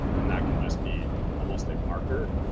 um and that can just be almost a marker.